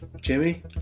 Jimmy